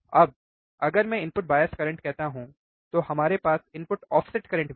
अब अगर मैं इनपुट बायस करंट कहता हूं तो हमारे पास इनपुट ऑफसेट करंट भी है